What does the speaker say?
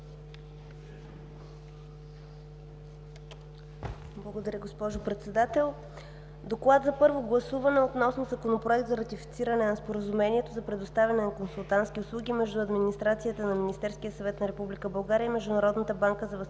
Благодаря, госпожо Председател. „Доклад за първо гласуване относно Законопроект за ратифициране на Споразумението за предоставяне на консултантски услуги между администрацията на Министерския съвет на Република България и Международната банка за възстановяване